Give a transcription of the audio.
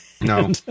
no